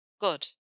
Good